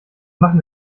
machen